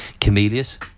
camellias